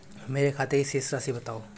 मेरे खाते की शेष राशि बताओ?